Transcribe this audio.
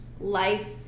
life